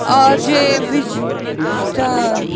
R J Wijdan